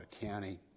County